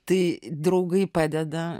tai draugai padeda